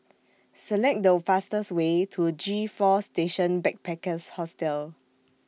Select The fastest Way to G four Station Backpackers Hostel